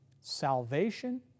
salvation